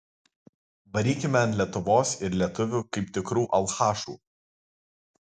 varykime ant lietuvos ir lietuvių kaip tikrų alchašų